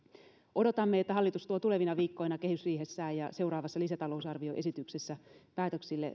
odotamme että hallitus tuo tulevina viikkoina kehysriihessään ja seuraavassa lisätalousarvioesityksessä päätöksille